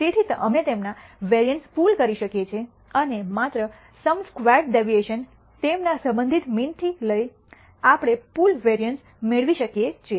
તેથી અમે તેમના વેરિઅન્સ પૂલ કરી શકીએ છીએ અને માત્ર સમ સ્ક્વેર્ડ ડેવિએશન તેમના સંબંધિત મીન થી લઈ આપણે પૂલ વેરિઅન્સ મેળવી શકીએ છીએ